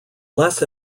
less